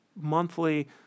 monthly